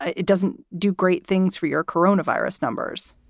it doesn't do great things for your corona virus numbers